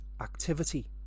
activity